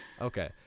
Okay